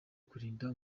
kurinda